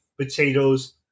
potatoes